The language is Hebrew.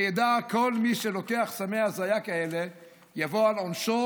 שידע כל מי שלוקח סמי הזיה כאלה שיבוא על עונשו